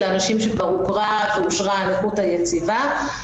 אנשים שכבר הוכרה ואושרה הנכות היציבה שלהם.